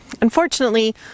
Unfortunately